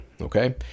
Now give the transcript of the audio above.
Okay